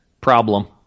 problem